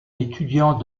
étudiant